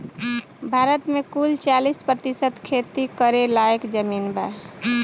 भारत मे कुल चालीस प्रतिशत खेती करे लायक जमीन बा